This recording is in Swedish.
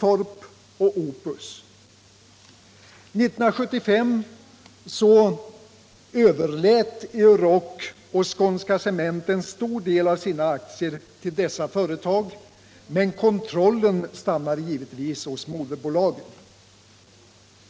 År 1975 överlät Euroc och Skånska Cement en stor del av sina aktier till dessa företag, men kontrollen stannar givetvis hos moderbolagen.